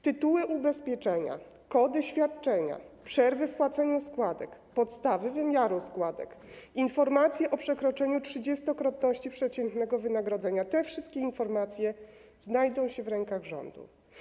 Tytuły ubezpieczenia, kody świadczenia, przerwy w płaceniu składek, podstawy wymiaru składek, informacje o przekroczeniu trzydziestokrotności przeciętnego wynagrodzenia - te wszystkie informacje znajdą się w rękach rządu.